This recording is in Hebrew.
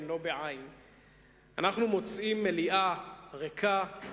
אנחנו מוצאים מליאה ריקה,